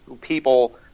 people